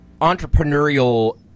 entrepreneurial